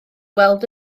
weld